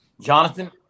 Jonathan